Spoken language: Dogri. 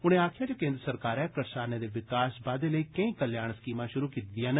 उनें आखेआ जे केन्द्र सरकारै करसानें दे विकास बाद्दे लेई केई कल्याण स्कीमां शुरु कीती दिआं न